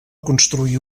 construir